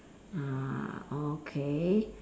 uh okay